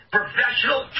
professional